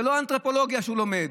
זה לא אנתרופולוגיה שהוא לומד.